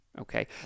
Okay